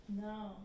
No